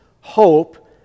hope